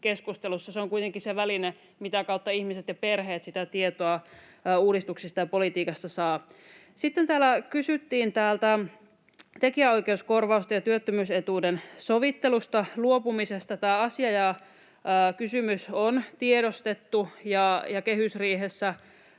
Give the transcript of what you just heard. keskustelussa. Se on kuitenkin se väline, mitä kautta ihmiset ja perheet sitä tietoa uudistuksista ja politiikasta saavat. Sitten täällä kysyttiin tekijänoikeuskorvausten ja työttömyysetuuden sovittelusta luopumisesta. Tämä asia ja kysymys on tiedostettu, ja kehysriihessä